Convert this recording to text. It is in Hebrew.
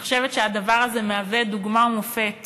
אני חושבת שהדבר הזה מהווה דוגמה ומופת